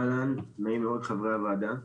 נעים מאוד חברי הוועדה.